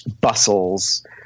bustles